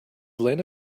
lena